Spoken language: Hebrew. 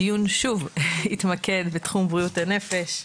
הדיון, שוב, יתמקד בתחום בריאות הנפש.